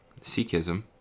Sikhism